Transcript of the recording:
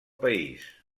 país